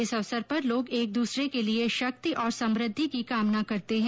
इस अवसर पर लोग एक दूसरे के लिए शक्ति और समृद्धि की कामना करते हैं